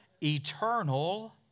eternal